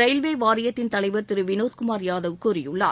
railway வாரியத்தின் தலைவர் திரு வினோத் குமார் யாதவ் கூறியுள்ளார்